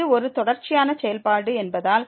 இது ஒரு தொடர்ச்சியான செயல்பாடு என்பதால்